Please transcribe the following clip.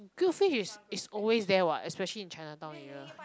grilled fish is is always there what especially in chinatown area